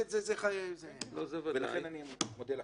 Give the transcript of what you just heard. אני מודה לכם.